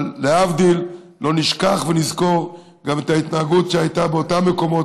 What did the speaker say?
אבל להבדיל לא נשכח ונזכור גם את ההתנהגות שהייתה באותם מקומות,